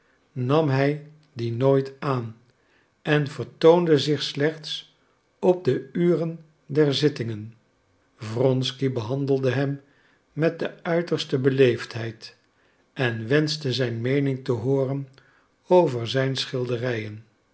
nam hij die nooit aan en vertoonde zich slechts op de uren der zittingen wronsky behandelde hem met de uiterste beleefdheid en wenschte zijn meening te hooren over zijn schilderijen